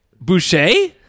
Boucher